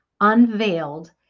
unveiled